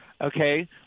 Okay